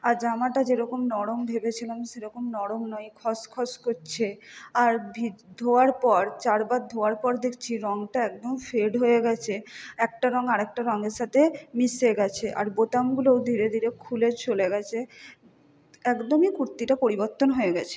আর জামাটা যেরকম নরম ভেবেছিলাম সেরকম নরম নয় খসখস করছে আর ধোয়ার পর চার বার ধোয়ার পর দেখছি রঙটা একদম ফেড হয়ে গেছে একটা রঙ আর একটা রঙের সাথে মিশে গেছে আর বোতামগুলোও ধীরে ধীরে খুলে চলে গেছে একদমই কুর্তিটা পরিবর্তন হয়ে গেছে